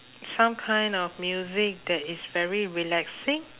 some kind of music that is very relaxing